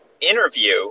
interview